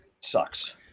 Sucks